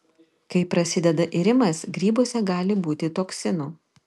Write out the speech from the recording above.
kai prasideda irimas grybuose gali būti toksinų